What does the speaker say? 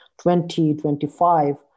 2025